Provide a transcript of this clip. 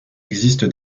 existe